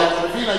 אבל אתה מבין,